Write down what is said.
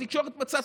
אבל התקשורת,